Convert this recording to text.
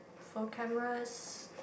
for cameras